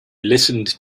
listened